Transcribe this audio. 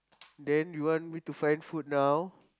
then you want me to find food now